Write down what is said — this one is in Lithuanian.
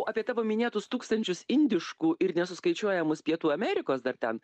apie tavo minėtus tūkstančius indiškų ir nesuskaičiuojamus pietų amerikos dar ten